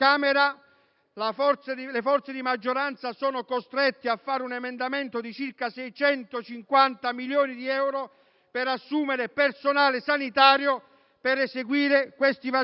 le forze di maggioranza sono costrette a fare un emendamento che prevede circa 650 milioni di euro per assumere personale sanitario per eseguire i vaccini.